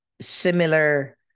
similar